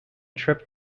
trip